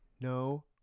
No